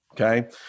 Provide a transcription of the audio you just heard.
Okay